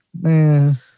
Man